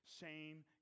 Shame